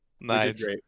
nice